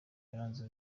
yaranze